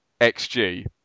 XG